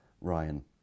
Ryan